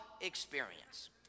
experience